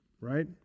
right